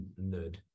nerd